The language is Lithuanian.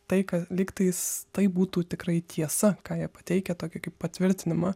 tai ką lygtais tai būtų tikrai tiesa ką jie pateikia tokį kaip patvirtinimą